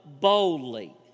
boldly